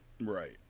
Right